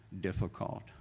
difficult